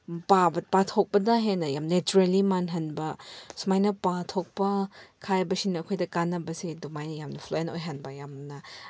ꯄꯥꯕ ꯄꯥꯊꯣꯛꯄꯗ ꯍꯦꯟꯅ ꯌꯥꯝ ꯅꯦꯆꯔꯦꯜꯂꯤ ꯃꯥꯟꯍꯟꯕ ꯁꯨꯃꯥꯏꯅ ꯄꯥꯊꯣꯛꯄ ꯈꯥꯏꯕꯁꯤꯅ ꯑꯩꯈꯣꯏꯗ ꯀꯥꯅꯕꯁꯦ ꯑꯗꯨꯃꯥꯏꯅ ꯌꯥꯝꯅ ꯐ꯭ꯂꯣꯌꯦꯟ ꯑꯣꯏꯍꯟꯕ ꯌꯥꯝꯅ